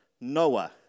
Noah